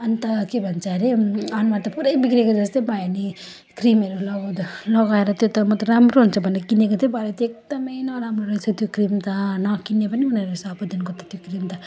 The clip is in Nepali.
अन्त के भन्छ अरे अनुहार त पुरै बिग्रेको जस्तै भयो नि क्रिमहरू लगाउँदा लगाएर त्यो त म त राम्रो हुन्छ भनेर किनेको थिएँ भरे त एकदमै नराम्रो रहेछ त्यो क्रिम त नकिने पनि हुनेरहेछ अबदेखिको त त्यो क्रिम त